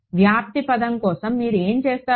వ్యాప్తి పదం కోసం మీరు ఏమి చేస్తారు